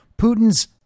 Putin's